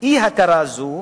אי-הכרה זו,